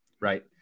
right